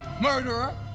Murderer